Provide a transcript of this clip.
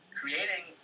creating